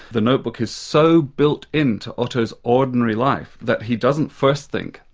the notebook is so built in to otto's ordinary life that he doesn't first think,